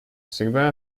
всегда